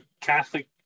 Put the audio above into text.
Catholic